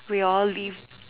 we all live